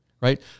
right